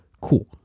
Cool